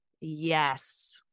Yes